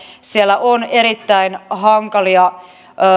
siellä on erittäin hankalia